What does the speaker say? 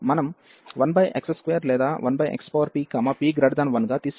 మనం 1x2 లేదా 1xpp1 గా తీసుకోవచ్చు